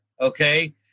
Okay